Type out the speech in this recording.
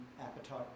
appetite